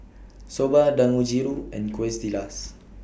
Soba Dangojiru and Quesadillas